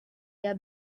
their